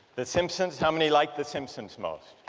the simpsons? how many like the simpson's most?